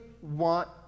want